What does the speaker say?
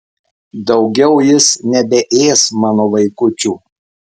daugiau jis nebeės mano vaikučių